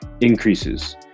increases